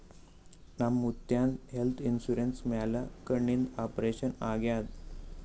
ನಮ್ ಮುತ್ಯಾಂದ್ health insurance ಮ್ಯಾಲ ಕಣ್ಣಿಂದ್ ಆಪರೇಷನ್ ಆಗ್ಯಾದ್